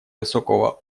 высокого